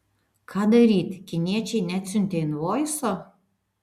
ką daryt kiniečiai neatsiuntė invoiso